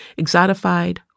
exotified